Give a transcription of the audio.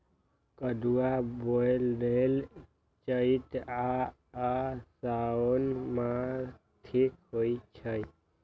कदुआ बोए लेल चइत आ साओन मास ठीक होई छइ